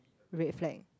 red flag